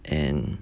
and